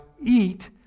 eat